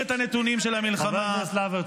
אתם עושים תוך כדי המלחמה -- חבר הכנסת יוראי להב הרצנו,